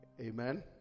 Amen